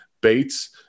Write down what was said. Bates